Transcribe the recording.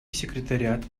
секретариат